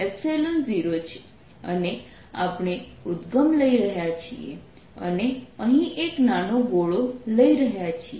dSQenclosed0 છે અને આપણે ઉદ્દગમ લઈ રહ્યા છીએ અને અહીં એક નાનો ગોળો લઈ રહ્યા છીએ